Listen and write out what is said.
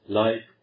life